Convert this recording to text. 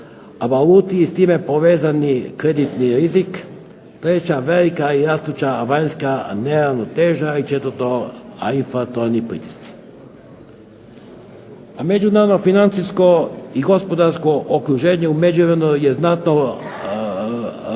Međunarodno financijsko i gospodarsko okruženje je u međuvremenu znatno promijenilo